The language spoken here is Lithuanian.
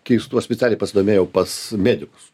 keistų aš specialiai pasidomėjau pas medikus